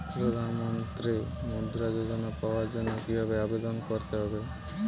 প্রধান মন্ত্রী মুদ্রা যোজনা পাওয়ার জন্য কিভাবে আবেদন করতে হবে?